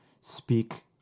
speak